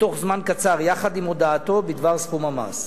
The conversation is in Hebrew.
בתוך זמן קצר יחד עם הודעתו בדבר סכום המס.